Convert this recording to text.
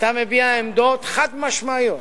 ואתה מביע עמדות חד-משמעיות